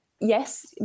Yes